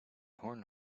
horn